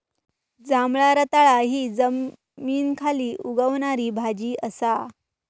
जांभळा रताळा हि जमनीखाली उगवणारी भाजी असा